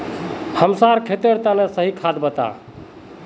हमसार खेतेर तने सही खाद बता